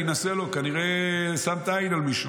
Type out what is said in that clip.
להינשא לו" כנראה שמת עין על מישהו,